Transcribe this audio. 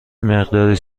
مقداری